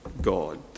God